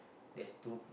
that's two